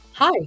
Hi